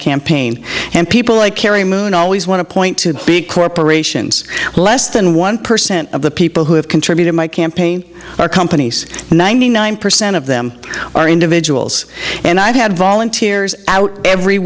campaign and people like kerry moon always want to point to the big aeration less than one percent of the people who have contributed my campaign are companies ninety nine percent of them are individuals and i've had volunteers out every